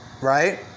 right